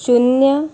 शुन्य